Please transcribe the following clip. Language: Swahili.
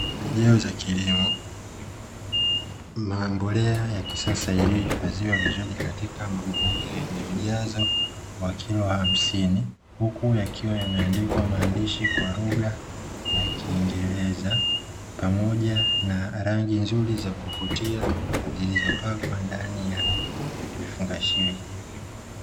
Pembejeo za kilimo na mbolea ya kisasa iliyohifadhiwa vizuri katika magunia yenye ujazo wa kilo hamsini. Huku yakiwa yameandikwa maandishi kwa lugha ya kiingereza pamoja na rangi nzuri za kuvutia zilizopakwa ndani ya vifungashio hivi.